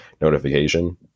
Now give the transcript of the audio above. notification